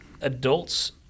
adults